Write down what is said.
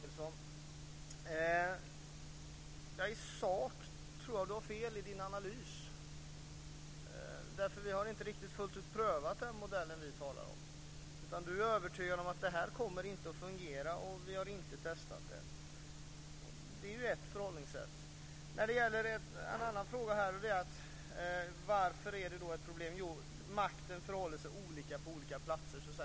Fru talman! I sak tror jag att Martin Nilsson har fel i sin analys. Vi har inte riktigt fullt ut prövat den modell vi talar om. Martin Nilsson är övertygad om att detta inte kommer att fungera, och vi har inte testat det. Det är ju ett förhållningssätt. En annan fråga är varför då detta är ett problem. Jo, därför att maktförhållandena är olika på olika platser.